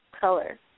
color